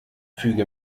füge